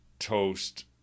Toast